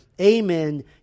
Amen